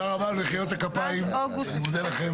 לא, אני אסביר, אני אסביר.